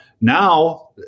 now